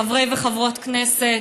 חברי וחברות כנסת,